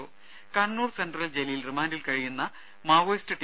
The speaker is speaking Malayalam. ദേദ കണ്ണൂർ സെൻട്രൽ ജയിലിൽ റിമാന്റിൽ കഴിയുന്ന മാവോയിസ്റ്റ് ടി